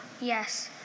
Yes